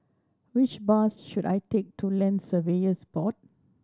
which bus should I take to Land Surveyors Board